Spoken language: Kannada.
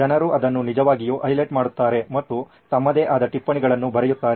ಜನರು ಅದನ್ನು ನಿಜವಾಗಿಯೂ ಹೈಲೈಟ್ ಮಾಡುತ್ತಾರೆ ಮತ್ತು ತಮ್ಮದೇ ಆದ ಟಿಪ್ಪಣಿಗಳನ್ನು ಬರೆಯುತ್ತಾರೆ